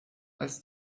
als